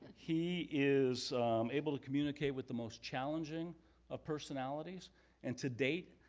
he is able to communicate with the most challenging of personalities and to date,